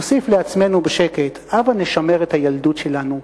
נוסיף לעצמנו בשקט: הבה נשמר את הילדות שלנו,